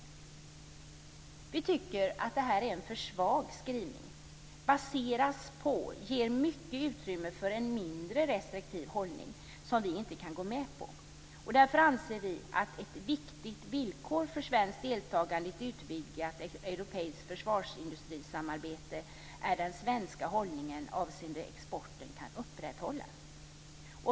Vi tycker att det är en för svag skrivning. Skrivningen "baseras på" ger utrymme för en mindre restriktiv hållning som vi inte kan gå med på. Därför anser vi att ett viktigt villkor för svenskt deltagande i ett utvidgat europeiskt försvarsindustrisamarbete är att den svenska hållningen avseende exporten kan upprätthållas.